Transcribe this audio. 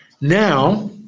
Now